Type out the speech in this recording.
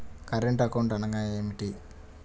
Current account అనగా ఏమిటి?